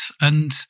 And-